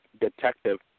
Detective